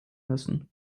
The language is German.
müssen